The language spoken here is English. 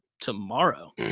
tomorrow